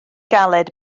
galed